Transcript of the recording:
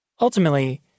Ultimately